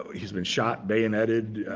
he's been shot, bayoneted,